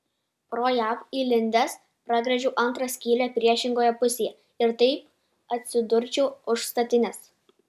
pro ją įlindęs pragręžčiau antrą skylę priešingoje pusėje ir taip atsidurčiau už statinės